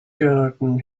garden